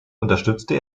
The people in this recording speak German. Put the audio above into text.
unterstützte